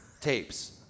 tapes